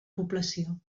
població